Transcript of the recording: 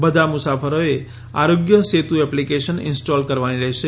બધા મુસાફરોએ Aarogya Setu application install કરવાની રહેશે